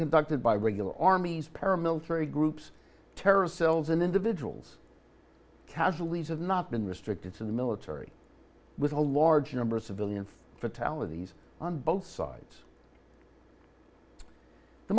conducted by regular armies paramilitary groups terrorist cells and individuals casualties of not been restricted to the military with a large number of civilian fatalities on both sides the